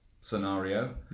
scenario